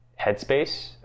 headspace